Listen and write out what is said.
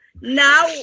Now